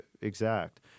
exact